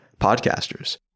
podcasters